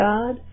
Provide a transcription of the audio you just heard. God